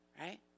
Right